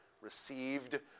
received